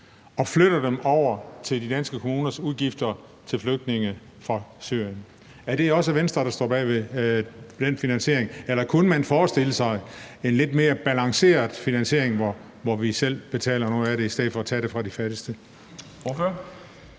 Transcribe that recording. og flytter dem over til de danske kommuners udgifter til flygtninge fra Ukraine. Står Venstre bag den finansiering? Eller kunne man forestille sig en lidt mere afbalanceret finansiering, hvor vi selv betalte noget af det i stedet for at tage pengene fra de fattigste?